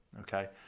okay